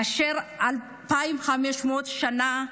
אשר אלפיים וחמש מאות שנה התפללנו,